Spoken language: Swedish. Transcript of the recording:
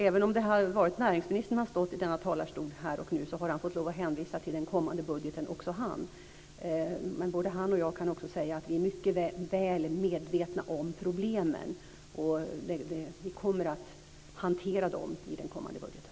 Även om näringsministern här och nu hade stått i denna talarstol skulle också han ha fått lov att hänvisa till den kommande budgeten. Både han och jag kan säga att vi är mycket väl medvetna om problemen och att vi kommer att hantera dem i den kommande budgeten.